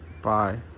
Bye